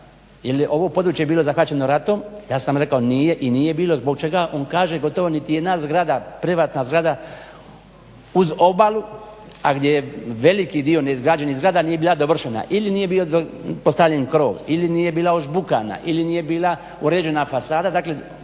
je li ovo područje bilo zahvaćeno ratom. Ja sam rekao nije, nije bilo. Zbog čega? On kaže gotovo niti jedna zgrada, privatna zgrada uz obalu, a gdje je veliki dio neizgrađenih zgrada nije bila dovršena ili nije bio postavljen krov ili nije bila ožbukana ili nije bila uređena fasada.